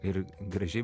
ir gražiai